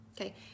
Okay